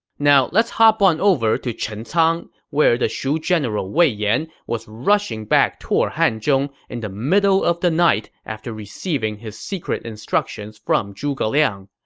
now, let's hop on over to chencang, where where the shu general wei yan was rushing back toward hanzhong in the middle of the night after receiving his secret instructions from zhuge liang.